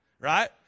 right